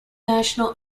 national